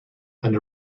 and